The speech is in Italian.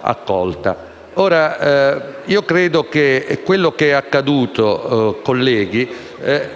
accolta. Credo che quanto accaduto, colleghi,